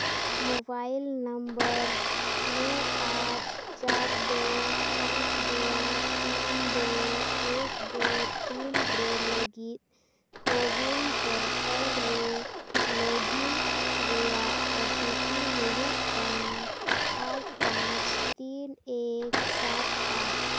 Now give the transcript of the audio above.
mobile number ᱱᱚ ᱟᱴ ᱪᱟᱨ ᱫᱳ ᱯᱟᱸᱪ ᱫᱳ ᱛᱤᱱ ᱫᱳ ᱮᱠ ᱫᱳ ᱛᱤᱱᱨᱮ ᱞᱟᱹᱜᱤᱫ ᱠᱳᱵᱷᱤᱱ ᱯᱨᱚᱴᱟᱞ ᱨᱮ ᱞᱚᱜᱽ ᱤᱱ ᱨᱮᱭᱟᱜ ᱳ ᱴᱤ ᱯᱤ ᱦᱩᱭᱩᱜ ᱠᱟᱱᱟ ᱟᱴ ᱯᱟᱸᱪ ᱛᱤᱱ ᱮᱠ ᱥᱟᱛ ᱟᱴ